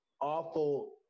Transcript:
awful